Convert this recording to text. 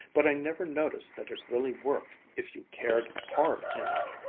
but i never noticed that it really worked if you cared hard enough.